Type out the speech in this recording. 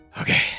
Okay